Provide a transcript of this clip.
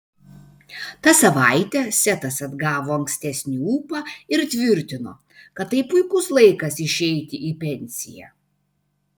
tą savaitę setas atgavo ankstesnį ūpą ir tvirtino kad tai puikus laikas išeiti į pensiją